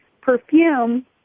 perfume